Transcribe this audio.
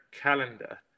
calendar